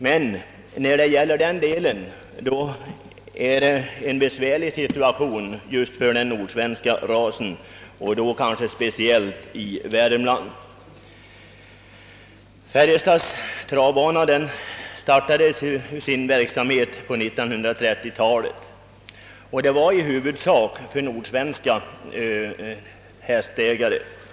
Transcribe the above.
Den nordsvenska rasen är emellertid missgynnad vid travtävlingarna, och situationen är kanske speciellt besvärlig i Värmland. Färjestads travbana startade sin verksamhet på 1930-talet. Initiativtagarna var i huvudsak nordsvenska hästägare.